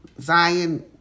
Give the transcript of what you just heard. Zion